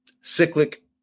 cyclic